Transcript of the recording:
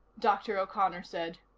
dr. o'connor said.